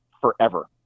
forever